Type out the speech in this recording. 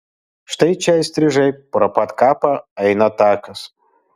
štai čia įstrižai pro pat kapą eina takas